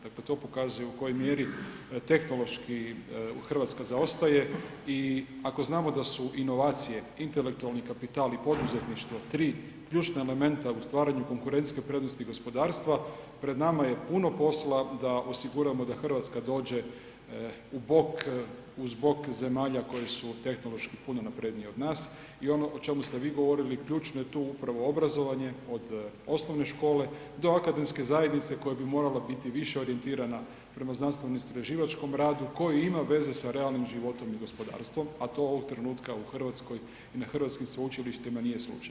Dakle to pokazuje u kojoj mjeri tehnološki Hrvatska zaostaje i ako znamo da su inovacije, intelektualni kapitali poduzetništva tri ključna elementa u stvaranju konkurencijske prednosti gospodarstva pred nama je puno posla da osiguramo da Hrvatska dođe u bok, uz bok zemalja koje su tehnološki puno naprednije od nas i ono o čemu ste vi govorili ključno je tu upravo obrazovanje, od osnovne škole do akademske zajednice koja bi morala biti više orijentirana prema znanstveno istraživačkom radu, koja ima veze sa realnim životom i gospodarstvom, a to ovog trenutka u Hrvatskoj i na hrvatskim sveučilištima nije slučaj.